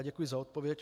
Děkuji za odpověď.